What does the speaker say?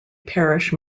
parish